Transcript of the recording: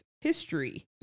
history